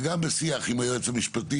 וגם בשיח עם היועץ המשפטי,